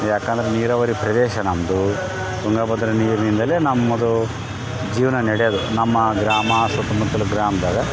ಯಾಕಂದ್ರೆ ನೀರಾವರಿ ಪ್ರದೇಶ ನಮ್ಮದು ತುಂಗ ಭದ್ರ ನೀರಿನಿಂದಲೇ ನಮ್ಮದು ಜೀವನ ನಡೆಯೋದು ನಮ್ಮ ಗ್ರಾಮ ಸುತ್ತ ಮುತ್ತಲಿನ ಗ್ರಾಮದಾಗ